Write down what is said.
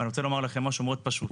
אני רוצה לומר לכם משהו מאוד פשוט,